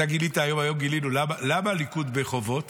היום גילינו למה הליכוד בחובות